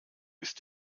ist